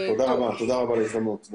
תודה רבה על ההזדמנות,